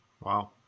Wow